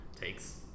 takes